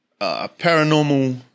paranormal